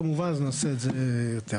כמובן נעשה את זה יותר.